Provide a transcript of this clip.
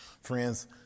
Friends